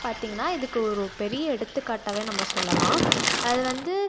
பார்த்தீங்கன்னா இதுக்கு ஒரு பெரிய எடுத்துக்காட்டாகவே நம்ம சொல்லலாம் அதுவந்து